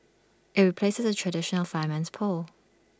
IT replaces the traditional fireman's pole